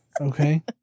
Okay